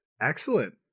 Excellent